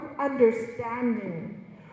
understanding